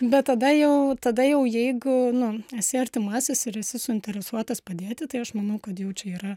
bet tada jau tada jau jei gu nu esi artimasis ir esi suinteresuotas padėti tai aš manau kad jau čia yra